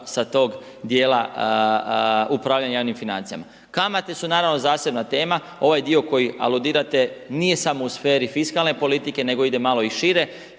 sa toga dijela upravljanja javnim financijama. Kamate su, naravno, zasebna tema, ovaj dio koji aludirate, nije samo u sferi fiskalne politike, nego ide malo i šire.